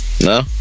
No